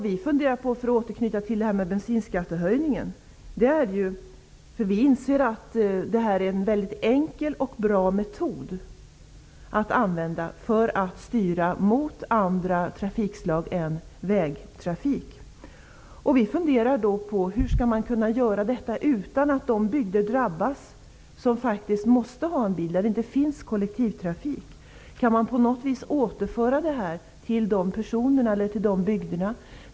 Vi inser att en bensinskattehöjning -- för att återknyta till det -- är en väldigt enkel och bra metod för att styra utvecklingen mot andra trafikslag än vägtrafik. Vi funderar då på hur man skall kunna göra detta utan att de bygder drabbas där man faktiskt måste ha en bil, där det inte finns kollektivtrafik. Kan man på något vis återföra pengarna till de personerna eller till de bygderna?